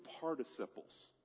participles